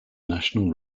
national